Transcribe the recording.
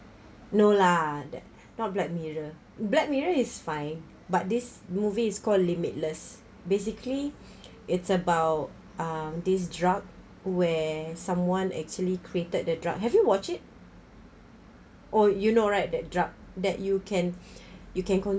no lah that not black mirror black mirror is fine but this movie is called limitless basically it's about um this drug where someone actually created the drug have you watch it oh you know right that drug that you can you can